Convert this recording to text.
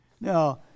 Now